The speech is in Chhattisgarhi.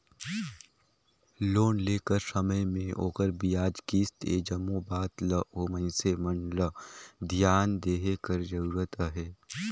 लोन लेय कर समे में ओखर बियाज, किस्त ए जम्मो बात ल ओ मइनसे मन ल धियान देहे कर जरूरत अहे